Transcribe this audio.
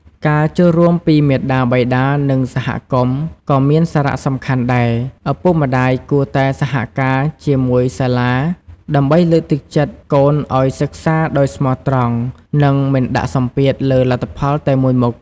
ការចូលរួមពីមាតាបិតា និងសហគមន៍ ក៏មានសារៈសំខាន់ដែរ ឪពុកម្ដាយគួរតែសហការជាមួយសាលា ដើម្បីលើកទឹកចិត្តកូនឱ្យសិក្សាដោយស្មោះត្រង់ និងមិនដាក់សម្ពាធលើលទ្ធផលតែមួយមុខ។